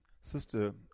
Sister